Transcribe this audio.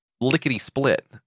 lickety-split